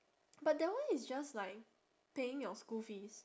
but that one is just like paying your school fees